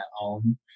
own